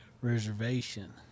reservation